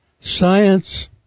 Science